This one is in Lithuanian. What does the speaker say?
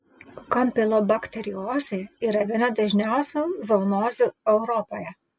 kampilobakteriozė yra viena dažniausių zoonozių europoje